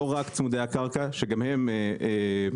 ולא רק צמודי הקרקע שיש להם מקום,